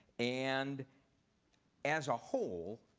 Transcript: and as a whole,